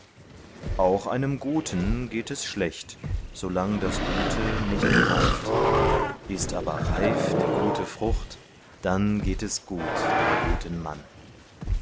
auch einem guten geht es schlecht so lang das gute nicht gereift ist aber reif die gute frucht dann geht es gut dem guten mann